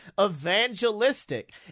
evangelistic